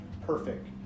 perfect